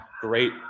great